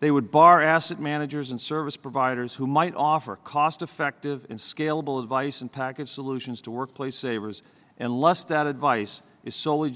they would bar asset managers and service providers who might offer cost effective in scalable advice and package solutions to workplace savers and less that advice is sole